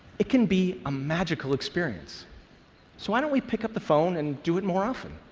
it can be a magical experience, so why don't we pick up the phone and do it more often?